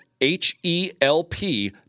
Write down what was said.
H-E-L-P